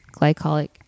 glycolic